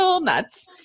nuts